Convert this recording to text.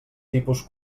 tipus